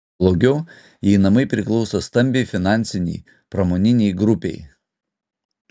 blogiau jei namai priklauso stambiai finansinei pramoninei grupei